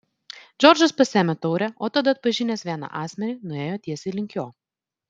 džordžas pasiėmė taurę o tada atpažinęs vieną asmenį nuėjo tiesiai link jo